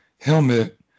helmet